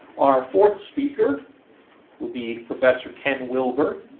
our fourth speaker will be professor ken wilbur.